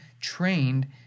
trained